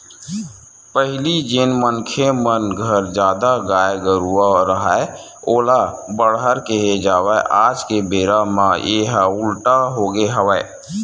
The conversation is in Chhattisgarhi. पहिली जेन मनखे मन घर जादा गाय गरूवा राहय ओला बड़हर केहे जावय आज के बेरा म येहा उल्टा होगे हवय